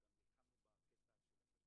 ובנוסף לזה,